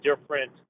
different